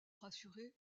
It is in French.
rassurer